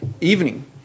evening